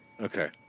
Okay